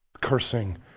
cursing